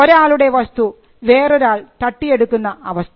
ഒരാളുടെ വസ്തു വേറൊരാൾ തട്ടിയെടുക്കുന്ന അവസ്ഥ